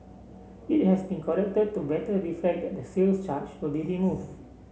it has been corrected to better reflect that the sales charge will be removed